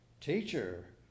Teacher